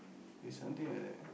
is something like that ah